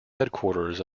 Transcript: headquarters